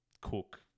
cook